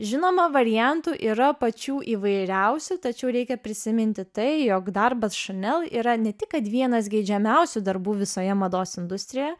žinoma variantų yra pačių įvairiausių tačiau reikia prisiminti tai jog darbas chanel yra ne tik kad vienas geidžiamiausių darbų visoje mados industrijoje